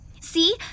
See